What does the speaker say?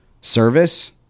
service